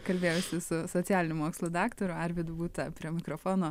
kalbėjausi su socialinių mokslų daktaru arvydu būta prie mikrofono